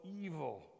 evil